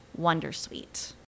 wondersuite